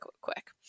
quick